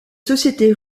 sociétés